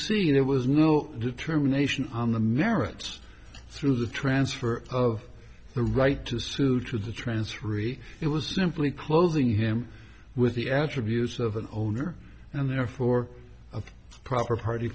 there was no determination on the merits through the transfer of the right to sue to the transferee it was simply closing him with the attributes of an owner and therefore a proper party